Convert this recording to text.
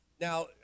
Now